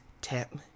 tap